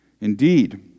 Indeed